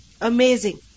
Amazing